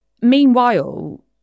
Meanwhile